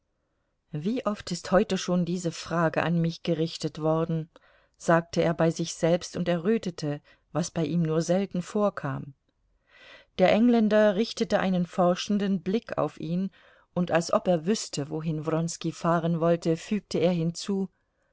wie oft ist heute schon diese frage an mich gerichtet worden sagte er bei sich selbst und errötete was bei ihm nur selten vorkam der engländer richtete einen forschenden blick auf ihn und als ob er wüßte wohin wronski fahren wollte fügte er hinzu